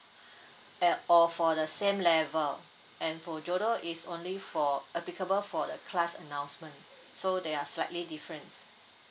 and or for the same level and for judo it's only for applicable for the class announcement so they are slightly different